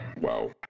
Wow